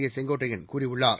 ஏ செங்கோட்டையன் கூறியுள்ளார்